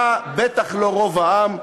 אתה בטח לא רוב העם.